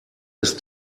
ist